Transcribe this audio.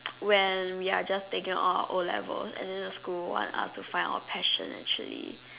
when we are just taken our O-levels and the school want us to find our passion actually